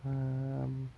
um